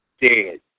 dead